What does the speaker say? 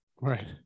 Right